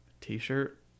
T-shirt